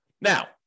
Now